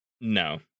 No